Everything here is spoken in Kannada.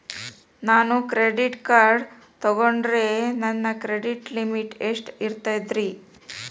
ನಾನು ಕ್ರೆಡಿಟ್ ಕಾರ್ಡ್ ತೊಗೊಂಡ್ರ ನನ್ನ ಕ್ರೆಡಿಟ್ ಲಿಮಿಟ್ ಎಷ್ಟ ಇರ್ತದ್ರಿ?